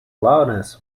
loudness